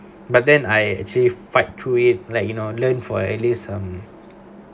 but then I actually fight through it like you know learn for at least some